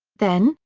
then,